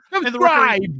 Subscribe